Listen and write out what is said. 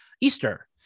Easter